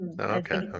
Okay